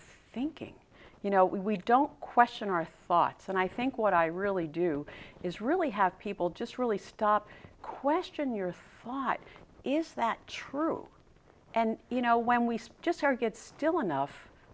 thinking you know we don't question our thoughts and i think what i really do is really have people just really stop question your thought is that true and you know when we speak just target still enough